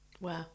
Wow